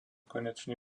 konečný